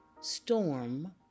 Storm